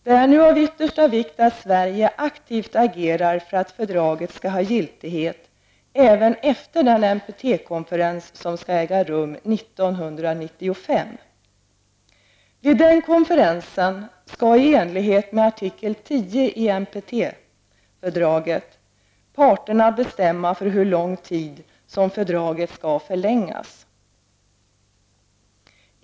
Det är nu av yttersta vikt att Sverige aktivt agerar för att fördraget skall få giltighet även efter den NPT-konferens som skall äga rum 1995. i NPT-fördraget, parterna bestämma på hur lång tid fördraget skall förlängas.